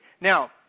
Now